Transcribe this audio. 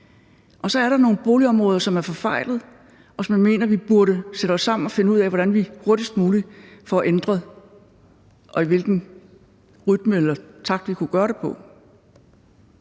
og så er der nogle boligområder, som er forfejlede, og som jeg mener vi burde sætte os sammen og finde ud af hvordan vi hurtigst muligt får ændret – finde ud af, i hvilken rytme eller takt vi kunne gøre det.